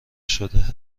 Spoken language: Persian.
شده